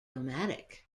nomadic